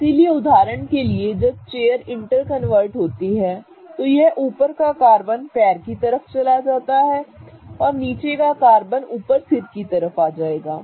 इसलिए उदाहरण के लिए जब चेयर इंटरकॉन्वर्ट होती है तो यह ऊपर का कार्बन पैर की तरफ चला जाएगा और नीचे का कार्बन ऊपर सिर की तरफ आ जाएगा